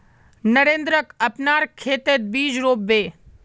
नरेंद्रक अपनार खेतत बीज रोप बे